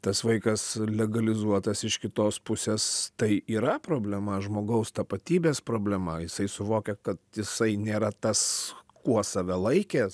tas vaikas legalizuotas iš kitos pusės tai yra problema žmogaus tapatybės problema jisai suvokia kad jisai nėra tas kuo save laikė